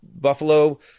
Buffalo